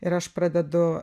ir aš pradedu